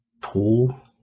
Pool